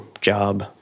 job